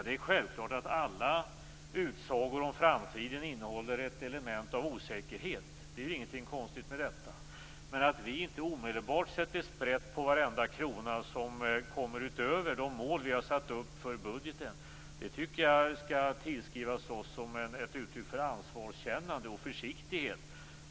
Det är självklart att alla utsagor om framtiden innehåller ett element av osäkerhet. Det är ingenting konstigt med detta. Att vi inte omedelbart sätter sprätt på varenda krona som kommer, utöver de mål vi har satt upp för budgeten, tycker jag skall tillskrivas oss som ett uttryck för ansvarskännande och försiktighet.